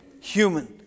human